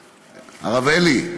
הרב אלי,